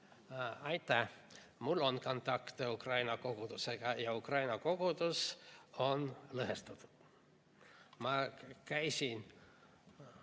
Aitäh! Mul on kontakte Ukraina kogudusega ja Ukraina kogudus on lõhestatud. Ma käisin,